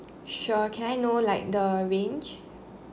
sure can I know like the range